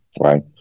right